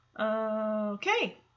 Okay